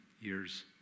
years